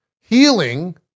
healing